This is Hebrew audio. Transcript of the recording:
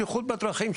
הבטיחות בדרכים,